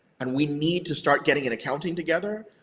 and we need to start getting an accounting together,